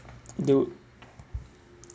they would